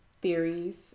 theories